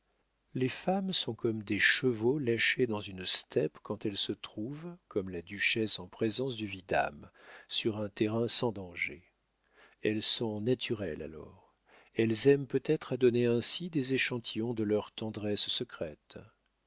les femmes sont comme des chevaux lâchés dans un steppe quand elles se trouvent comme la duchesse en présence du vidame sur un terrain sans danger elles sont naturelles alors elles aiment peut-être à donner ainsi des échantillons de leurs tendresses secrètes